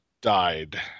died